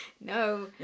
No